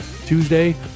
Tuesday